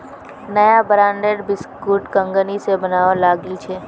नया ब्रांडेर बिस्कुट कंगनी स बनवा लागिल छ